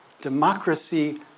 democracy